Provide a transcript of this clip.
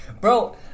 bro